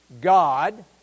God